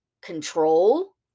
control